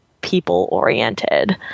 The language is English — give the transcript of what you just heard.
people-oriented